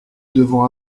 devons